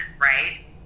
right